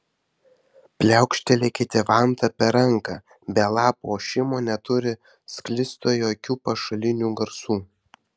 pliaukštelėkite vanta per ranką be lapų ošimo neturi sklisto jokių pašalinių garsų